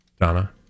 Donna